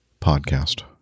podcast